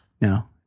no